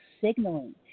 signaling